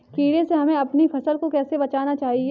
कीड़े से हमें अपनी फसल को कैसे बचाना चाहिए?